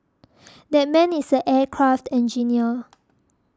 that man is an aircraft engineer